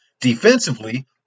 defensively